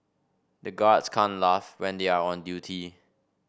the guards can't laugh when they are on duty